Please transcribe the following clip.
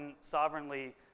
sovereignly